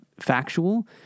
factual